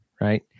right